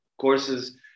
courses